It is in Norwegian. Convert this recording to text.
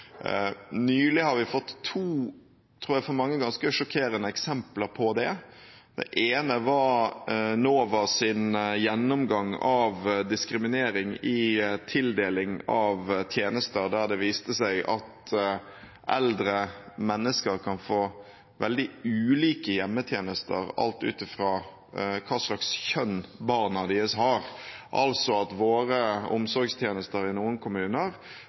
Nylig har vi fått to – for mange ganske sjokkerende, tror jeg – eksempler på det. Det ene var NOVAs gjennomgang av diskriminering i tildeling av tjenester, der det viste seg at eldre mennesker kan få veldig ulike hjemmetjenester alt ut fra hva slags kjønn barna deres har, altså at våre omsorgstjenester i noen kommuner